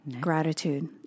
gratitude